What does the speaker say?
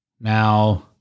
Now